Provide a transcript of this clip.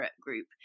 group